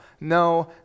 no